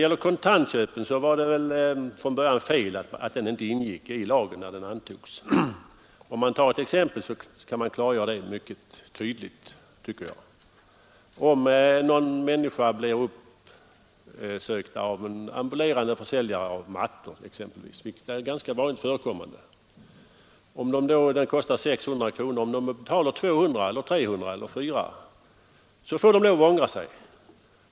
Vad kontantköpen beträffar var det fel att de inte ingick i lagen när denna antogs. Jag kan klargöra det med ett exempel. Om någon blir uppsökt av en ambulerande försäljare av t.ex. mattor — vilket är ganska vanligt — och den matta som vederbörande stannar för kostar 600 kronor, så betalar kunden kanske 200, 300 eller 400 kronor genast. Då får vederbörande också ångra sig senare.